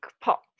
pop